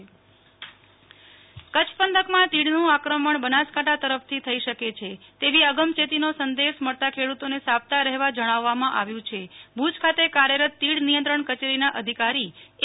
નેહ્લ ઠક્કર કચ્છ તીડ આક્રમણ કચ્છ પંથક માં તીડ નું આક્રમણ બનાસકાંઠા તરફથી થઈ શકે છે તેવી અગમચેતી નો સંદેશ મળતા ખેડૂતો ને સાબદા રહેવા જણાવવા માં આવ્યું છે ભુજ ખાતે કાર્યરત તીડ નિયંત્રણ કચેરી ના અધિકારી એ